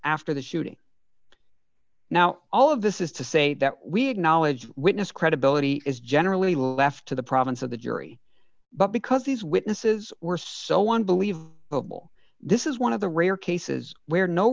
after the shooting now all of this is to say that we acknowledge witness credibility is generally left to the province of the jury but because these witnesses were so one believe mobile this is one of the rare cases where no